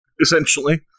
essentially